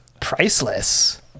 Priceless